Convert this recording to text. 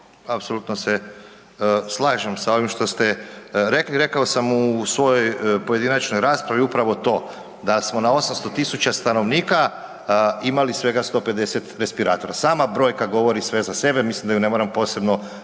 Apsolutno se slažem sa ovim što ste rekli, rekao sam u svojoj pojedinačnoj raspravi upravo to da smo na 800 tisuća stanovnika imali svega 150 respiratora, sama brojka govori sve za sebe, mislim da ju ne moram posebno